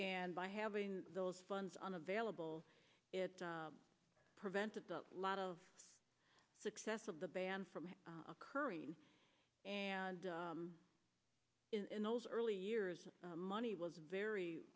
and by having those funds unavailable it prevents a lot of success of the band from occurring and in those early years money was very